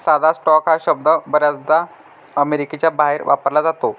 साधा स्टॉक हा शब्द बर्याचदा अमेरिकेच्या बाहेर वापरला जातो